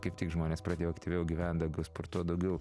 kaip tik žmonės pradėjo aktyviau gyvent daugiau sportuot daugiau